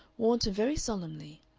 warned her very solemnly,